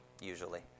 usually